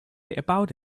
about